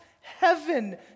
heaven